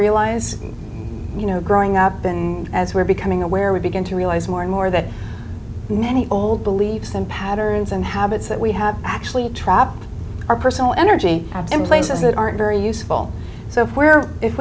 realize you know growing up and as we're becoming aware we begin to realize more more that many old beliefs and patterns and habits that we have actually trap our personal energy to places that aren't very useful so if we're